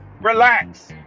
Relax